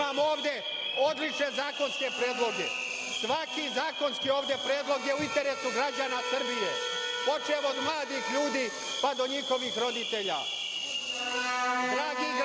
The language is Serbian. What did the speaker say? Imamo ovde odlične zakonske predloge, svaki zakonski ovde predlog je u interesu građana Srbije, počev od mladih ljudi, pa do njihovih roditelja. Dragi